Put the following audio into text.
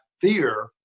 fear